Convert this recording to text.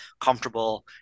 comfortable